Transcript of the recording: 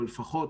אבל פחות